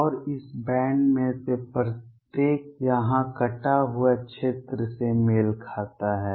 और इस बैंड में से प्रत्येक यहाँ कटा हुआ क्षेत्र से मेल खाता है